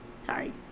Sorry